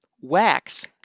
wax